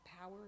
power